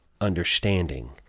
understanding